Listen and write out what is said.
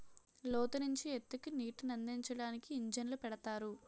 లోతు నుంచి ఎత్తుకి నీటినందించడానికి ఇంజన్లు పెడతారు